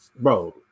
bro